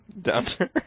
Downturn